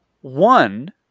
One